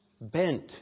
bent